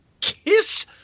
kiss